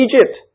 Egypt